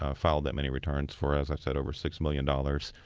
ah filed that many returns for, as i said, over six million dollars.